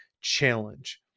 challenge